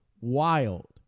wild